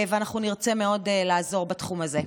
ואנחנו נרצה מאוד לעזור בתחום הזה.